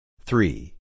Three